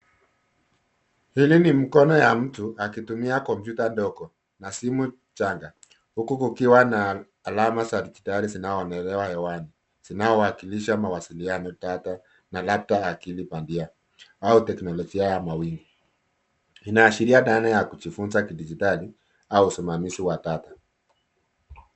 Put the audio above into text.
Hili ni mkono ya mtu akitumia kompyuta ndogo na simu changa huku kukiwa na alama za dijitali zinazoonelewa hewani zinaowakilisha mawasiliano data na labda akili bandia au teknolojia ya mawingu. Inaashiria dhana ya kujifunza kidijitali au usimamizi wa data.